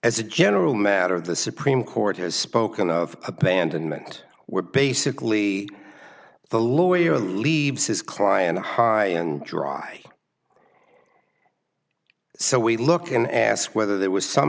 as a general matter the supreme court has spoken of abandonment were basically the lawyer leaves his client high and dry so we look and ask whether there was some